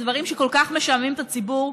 בדברים שכל כך משעממים את הציבור,